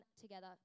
together